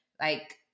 like-